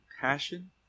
passion